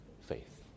faith